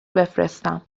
بفرستم